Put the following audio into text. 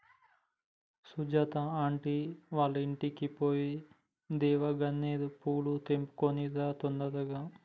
Sujatha aunty వాళ్ళింటికి పోయి దేవగన్నేరు పూలు తెంపుకొని రా తొందరగా